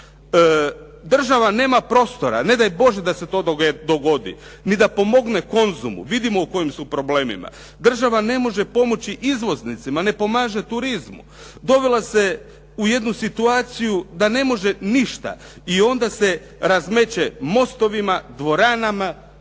Država nema prostora. Ne daj Bože da se to dogodi, ni da pomogne Konzumu. Vidimo u kojim su problemima. Država ne može pomoći izvoznicima, ne pomaže turizmu. Dovela se u jednu situaciju da ne može ništa i onda se razmeće mostovima, dvoranama,